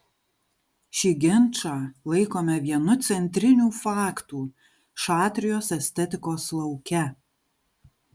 šį ginčą laikome vienu centrinių faktų šatrijos estetikos lauke